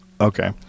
Okay